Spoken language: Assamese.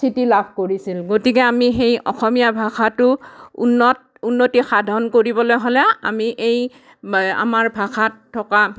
স্থিতি লাভ কৰিছে গতিকে আমি সেই অসমীয়া ভাষাটো উন্নত উন্নতি সাধন কৰিবলৈ হ'লে আমি এই আমাৰ ভাষাত থকা